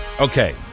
okay